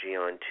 on